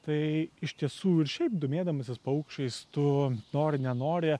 tai iš tiesų ir šiaip domėdamasis paukščiais tu nori nenori